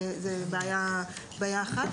זאת בעיה אחת.